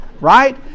Right